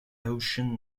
ocean